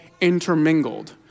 intermingled